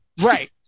Right